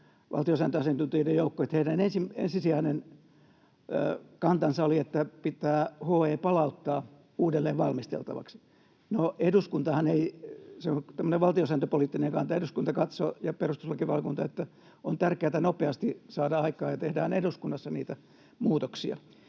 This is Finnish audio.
oli niin yksimielinen, että heidän ensisijainen kantansa oli, että HE pitää palauttaa uudelleenvalmisteltavaksi. No, se on tämmöinen valtiosääntöpoliittinen kanta, ja eduskunta ja perustuslakivaliokunta katsoivat, että on tärkeää, että nopeasti saadaan aikaan ja tehdään eduskunnassa niitä muutoksia.